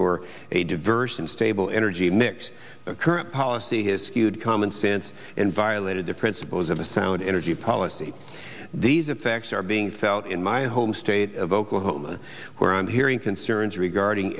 for a diverse unstable energy mix current policy has skewed common sense and violated the principles of a sound energy policy these effects are being felt in my home state of oklahoma where i'm hearing concerns regarding